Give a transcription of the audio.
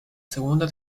segunda